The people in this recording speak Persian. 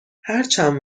هرچند